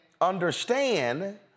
understand